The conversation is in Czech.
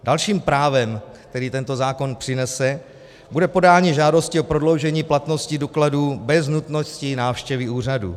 Dalším právem, které tento zákon přinese, bude podání žádosti o prodloužení platnosti dokladů bez nutnosti návštěvy úřadů.